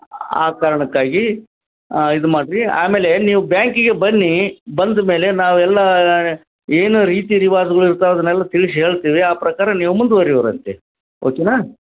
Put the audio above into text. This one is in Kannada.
ಆ ಕಾರಣಕ್ಕಾಗಿ ಇದು ಮಾಡಿರಿ ಆಮೇಲೆ ನೀವು ಬ್ಯಾಂಕಿಗೆ ಬನ್ನಿ ಬಂದಮೇಲೆ ನಾವೆಲ್ಲ ಏನು ರೀತಿ ರಿವಾಜುಗಳು ಇರ್ತವೆ ಅದನ್ನೆಲ್ಲ ತಿಳಿಸ್ ಹೇಳ್ತೀವಿ ಆ ಪ್ರಕಾರ ನೀವು ಮುಂದುವರಿಯುವಿರಂತೆ ಓಕೆನಾ